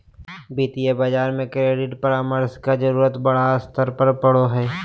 वित्तीय बाजार में क्रेडिट परामर्श के जरूरत बड़ा स्तर पर पड़ो हइ